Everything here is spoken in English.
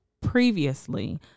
previously